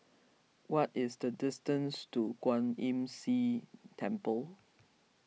what is the distance to Kwan Imm See Temple